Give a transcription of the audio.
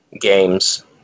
games